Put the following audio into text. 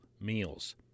meals